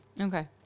Okay